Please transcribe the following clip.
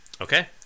okay